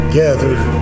gathered